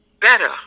better